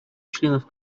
членов